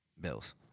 Bills